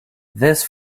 this